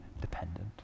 dependent